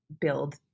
build